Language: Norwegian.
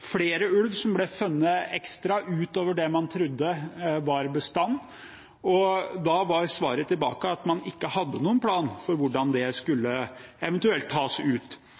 flere ulv ekstra som ble funnet, utover det man trodde var bestanden. Da var svaret at man ikke hadde noen plan for hvordan det eventuelt skulle tas ut.